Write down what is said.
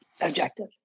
objective